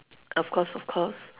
of course of course